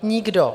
Nikdo!